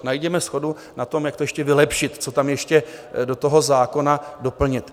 Najděme shodu na tom, jak to ještě vylepšit, co tam ještě do toho zákona doplnit.